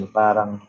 parang